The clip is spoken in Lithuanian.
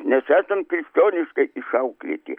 nes esam krikščioniškai išauklėti